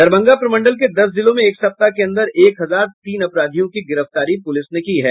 दरभंगा प्रमंडल के दस जिलों में एक सप्ताह के अंदर एक हजार तीन अपराधियों की गिरफ्तारी पुलिस ने की है